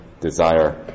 desire